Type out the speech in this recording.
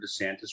DeSantis